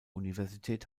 universität